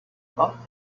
about